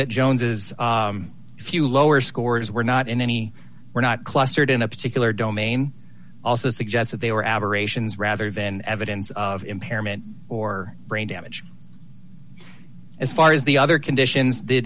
that jones's if you lower scores were not in any were not clustered in a particular domain also suggest that they were aberrations rather than evidence of impairment or brain damage as far as the other conditions the